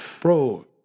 bro